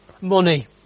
Money